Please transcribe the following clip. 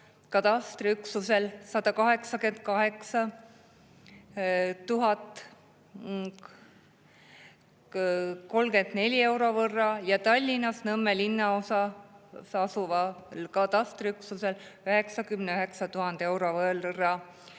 katastriüksusel 188 034 euro võrra ja Tallinnas Nõmme linnaosas asuval katastriüksusel 99 000 euro võrra.